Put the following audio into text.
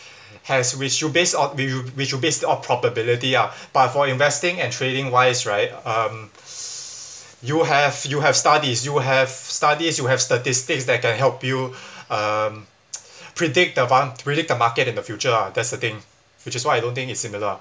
has which you based on which which you based on probability ah but for investing and trading wise right um you have you have studies you have studies you have statistics that can help you um predict the mar~ predict the market in the future ah that's the thing which is why I don't think it's similar